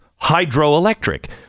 hydroelectric